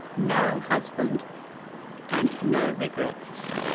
no husband and no regrets.